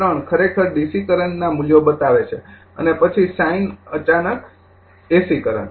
૩ ખરેખર ડીસી કરંટના મૂલ્યો બતાવે છે અને પછી સાઇન અચાનક એસી કરંટ